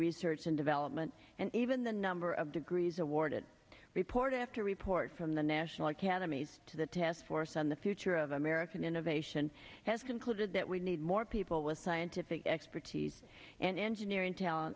research and development and even the number of degrees awarded report after report from the national academies to the task force on the future of american innovation has concluded that we need more people with scientific expertise and engineering talent